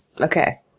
Okay